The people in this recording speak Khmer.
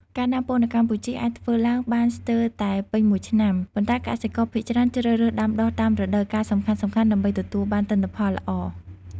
ការដាំពោតនៅកម្ពុជាអាចធ្វើឡើងបានស្ទើរតែពេញមួយឆ្នាំ ប៉ុន្តែកសិករភាគច្រើនជ្រើសរើសដាំដុះតាមរដូវកាលសំខាន់ៗដើម្បីទទួលបានទិន្នផលល្អ។